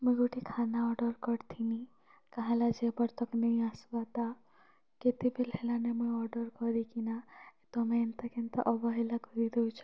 ମୁଇଁ ଗୁଟେ ଖାନା ଅର୍ଡ଼ର୍ କରିଥିନି କାହା ହେଲା ଯେ ଏବର୍ତକ୍ ନେଇ ଆସିବାର୍ ତା କେତେବେଲେ ହେଲାନି ମୁଇଁ ଅର୍ଡ଼ର୍ କରିକିନା ତମେ ଏନ୍ତା କେନ୍ତା ଅବହେଲା କରି ଦେଉଛ